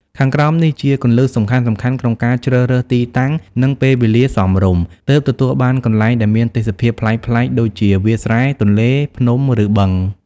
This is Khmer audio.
ខាងក្រោមនេះជាគន្លឹះសំខាន់ៗក្នុងការជ្រើសរើសទីតាំង និងពេលវេលាសមរម្យ ទើបទទួលបានកន្លែងដែលមានទេសភាពប្លែកៗដូចជា វាលស្រែ ទន្លេ ភ្នំ ឬ បឹង។